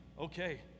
okay